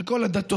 על כל הדתות: